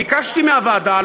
ביקשתי מהוועדה,